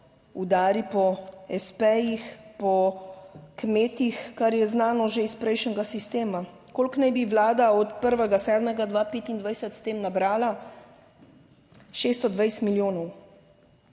udari po espejih, po kmetih, kar je znano že iz prejšnjega sistema. Koliko naj bi Vlada od 1. 7. 2025 s tem nabrala? 620 milijonov.